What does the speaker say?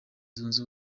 zunze